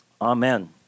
Amen